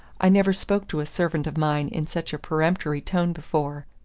i never spoke to a servant of mine in such a peremptory tone before.